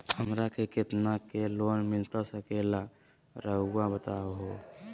हमरा के कितना के लोन मिलता सके ला रायुआ बताहो?